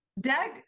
doug